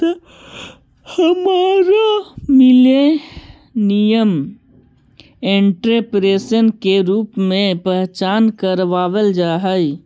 हमरा millennial entrepreneur के रूप में पहचान कइसे मिल सकलई हे?